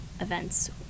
events